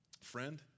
Friend